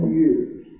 years